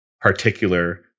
particular